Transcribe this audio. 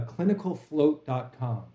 clinicalfloat.com